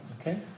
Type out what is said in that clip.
Okay